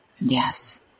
Yes